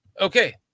Okay